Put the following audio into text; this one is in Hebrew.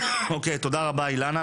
תודה רבה אילנה.